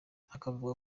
akavuga